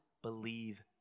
believe